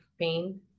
pain